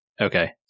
Okay